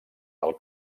del